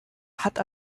hat